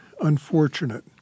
unfortunate